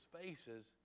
faces